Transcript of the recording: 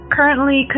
currently